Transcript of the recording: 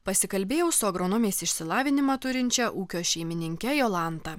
pasikalbėjau su agronomės išsilavinimą turinčia ūkio šeimininke jolanta